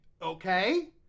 Okay